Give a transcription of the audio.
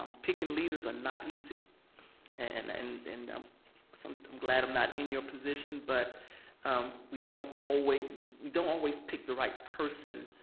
um picking leaders are not easy and and and um so i'm glad i'm not in your position but um we don't always, we we don't always pick the right person.